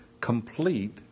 complete